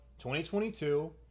2022